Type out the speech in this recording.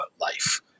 life